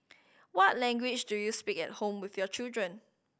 what language do you speak at home with your children